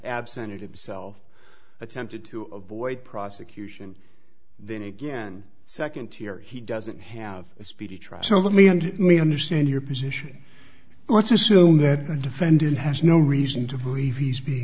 absented himself attempted to avoid prosecution then again second tier he doesn't have a speedy trial so me and me understand your position let's assume that the defendant has no reason to believe he's be